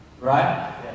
Right